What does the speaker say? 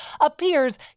appears